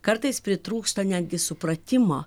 kartais pritrūksta netgi supratimo